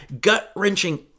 gut-wrenching